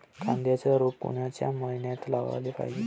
कांद्याचं रोप कोनच्या मइन्यात लावाले पायजे?